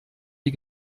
die